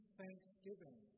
thanksgiving